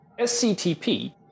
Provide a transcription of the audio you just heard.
SCTP